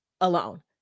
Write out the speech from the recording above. alone